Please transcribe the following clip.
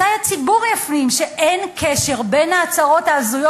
מתי הציבור יפנים שאין קשר בין ההצהרות ההזויות